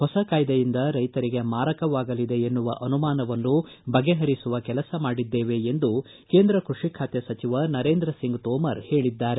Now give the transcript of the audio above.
ಹೊಸ ಕಾಯ್ದೆಯಿಂದ ರೈತರಿಗೆ ಮಾರಕವಾಗಲಿದೆ ಎನ್ನುವ ಅನುಮಾನವನ್ನು ಬಗೆಹರಿಸುವ ಕೆಲಸ ಮಾಡಿದ್ದೇವೆ ಎಂದು ಕೇಂದ್ರ ಕೃಷಿ ಖಾತೆ ಸಚಿವ ನರೇಂದ್ರ ಸಿಂಗ್ ತೋಮರ್ ಹೇಳಿದ್ದಾರೆ